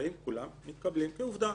כולם באים ומתקבלים כעובדה.